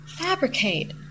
Fabricate